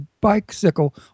bicycle